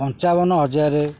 ପଞ୍ଚାବନ ହଜାର